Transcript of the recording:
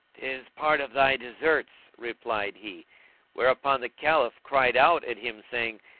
tis part of thy deserts, replied he whereupon the caliph cried out at him saying,